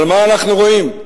אבל מה אנחנו רואים?